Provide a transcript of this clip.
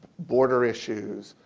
order issues,